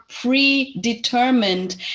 predetermined